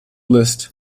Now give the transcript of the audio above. list